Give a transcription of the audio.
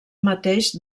mateix